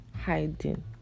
hiding